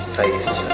face